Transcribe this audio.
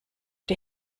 die